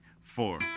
four